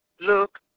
look